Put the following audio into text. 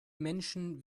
menschen